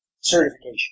certification